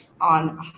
on